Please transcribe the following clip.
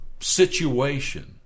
situation